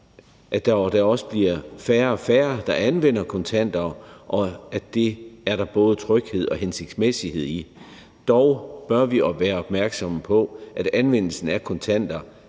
at der også bliver færre og færre, der anvender kontanter, og det er der både tryghed og hensigtsmæssighed i. Dog bør vi være opmærksomme på, at anvendelsen af kontanter